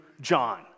John